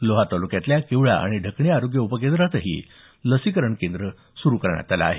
लोहा तालुक्यातील किवळा आणि ढकणी आरोग्य उपकेंद्रातही लसीकरण केंद्र सुरू करण्यात आली आहेत